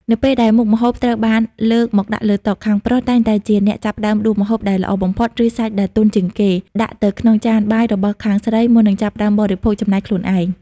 នៅពេលដែលមុខម្ហូបត្រូវបានលើកមកដាក់លើតុ ខាងប្រុសតែងតែជាអ្នកចាប់ផ្ដើមដួសម្ហូបដែលល្អបំផុត ឬសាច់ដែលទន់ជាងគេ ដាក់ទៅក្នុងចានបាយរបស់ខាងស្រីមុននឹងចាប់ផ្ដើមបរិភោគចំណែកខ្លួនឯង។